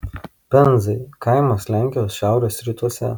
penzai kaimas lenkijos šiaurės rytuose